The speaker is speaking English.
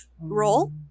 role